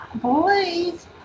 please